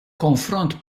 konfront